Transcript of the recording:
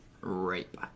Rape